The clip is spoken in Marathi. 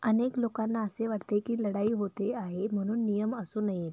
अनेक लोकांना असे वाटते की लढाई होते आहे म्हणून नियम असू नये